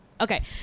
Okay